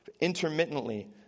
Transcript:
intermittently